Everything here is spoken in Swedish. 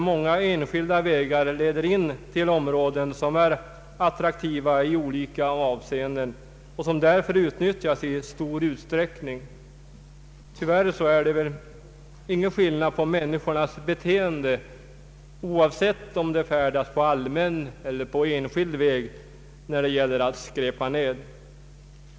Många enskilda vägar leder ju in till områden som är attraktiva i olika avseenden och därför utnyttjas i stor utsträckning. Tyvärr är det väl ingen skillnad på människornas beteenden vare sig de färdas på allmän eller enskild väg när det gäller att skräpa ned.